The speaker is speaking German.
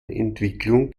entwicklung